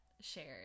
shared